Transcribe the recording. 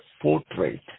portrait